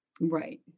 Right